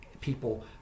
people